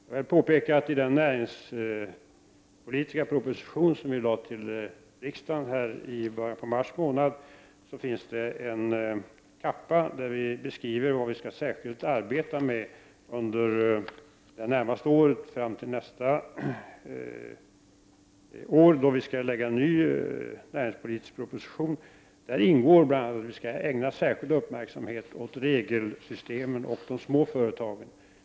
Jag vill påpeka att i den näringspolitiska proposition som framlades inför riksdagen i början av mars månad fanns det en ”kappa”, där vi skriver vad vi särskilt skall arbeta med under tiden fram till nästa år, då det blir dags att lägga fram en ny näringspolitisk proposition. I vårt arbete ingår bl.a. att vi skall ägna särskild uppmärksamhet åt regelsystemen och de små företagen.